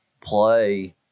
play